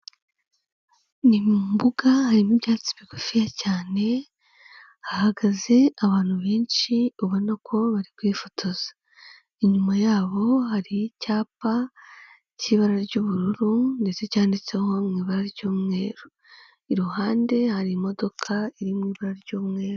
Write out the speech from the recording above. Ni mu mbuga harimo ibyatsi bigufiya cyane, hagaze abantu benshi ubona ko bari kwifotoza, inyuma yabo hari icyapa cy'ibara ry'ubururu ndetse cyanditseho mu ibara ry'umweru, iruhande hari imodoka iri mu ibara ry'umweru.